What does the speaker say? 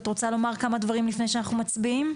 את רוצה לומר כמה דברים לפני שאנחנו מצביעים.